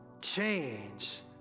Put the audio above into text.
change